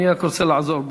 אני רק רוצה לעזור.